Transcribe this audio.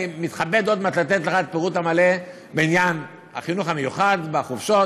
אני מתכבד עוד מעט לתת לך את הפירוט המלא בעניין החינוך המיוחד בחופשות.